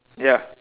ya